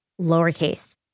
lowercase